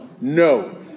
No